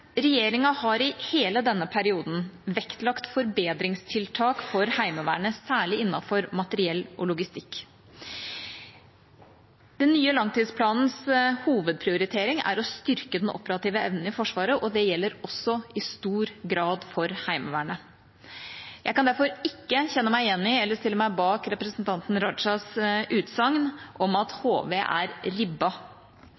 Regjeringa har i hele denne perioden vektlagt forbedringstiltak for Heimevernet, særlig innenfor materiell og logistikk. Den nye langtidsplanens hovedprioritering er å styrke den operative evnen i Forsvaret, og det gjelder også i stor grad for Heimevernet. Jeg kan derfor ikke kjenne meg igjen i, eller stille meg bak, representanten Rajas utsagn om at